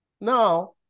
Now